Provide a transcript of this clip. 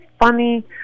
funny